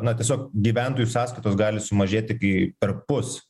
na tiesiog gyventojų sąskaitos gali sumažėti kai perpus